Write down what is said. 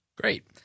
Great